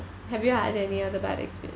have you had any other bad experience